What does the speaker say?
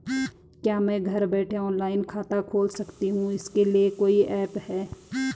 क्या मैं घर बैठे ऑनलाइन खाता खोल सकती हूँ इसके लिए कोई ऐप है?